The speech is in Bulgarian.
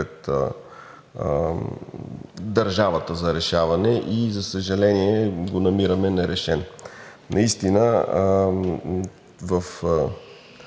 държавата за решаване и, за съжаление, го намираме нерешен. Наистина в